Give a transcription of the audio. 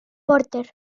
porter